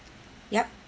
yup